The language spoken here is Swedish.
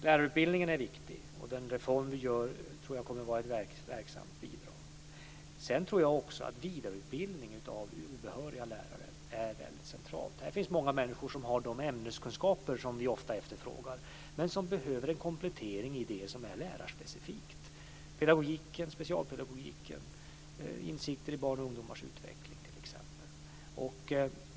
Lärarutbildningen är viktig, och den reform vi genomför tror jag kommer att vara ett verksamt bidrag. Sedan tror jag också att vidareutbildning av obehöriga lärare är centralt. Där finns många människor som har de ämneskunskaper som vi ofta efterfrågar men som behöver en komplettering i det som är lärarspecifikt: pedagogiken, specialpedagogiken, insikter om barns och ungdomars utveckling, t.ex.